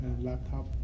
laptop